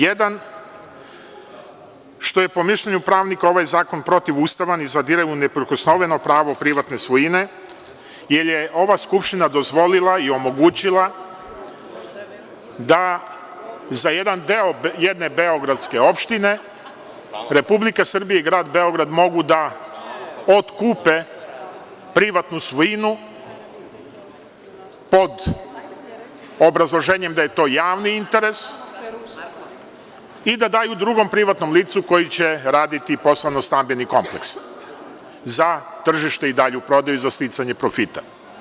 Jedan, što je, po mišljenju pravnika, ovaj zakon protivustavan i zadire u neprikosnoveno pravo privatne svojine jer je ova Skupština dozvolila i omogućila da za jedan deo jedne beogradske opštine Republika Srbija i grad Beograd mogu da otkupe privatnu svojinu pod obrazloženjem da je to javni interes i da daju drugom privatnom lice koje će raditi poslovno-stambeni kompleks za tržište i dalju prodaju i za sticanje profita.